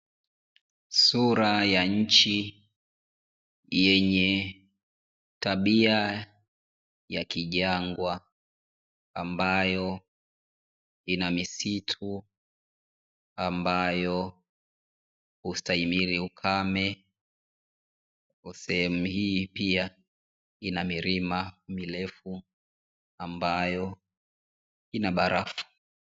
Sura ya nchi yenye tabia ya kijangwa, ambayo ina misitu ambayo hustahimili ukame, sehemu hii pia ina milima mirefu ambayo ina barafu.